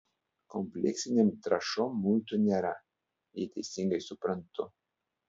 kompleksinėm trąšom muitų nėra jei teisingai suprantu